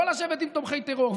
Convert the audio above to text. לא לשבת עם תומכי טרור,